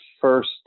first